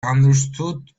understood